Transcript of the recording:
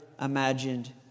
imagined